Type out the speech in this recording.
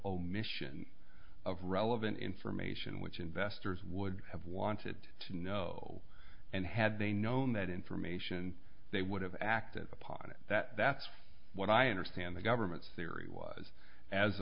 omission of relevant information which investors would have wanted to know and had they known that information they would have acted upon it that that's what i understand the government's theory was as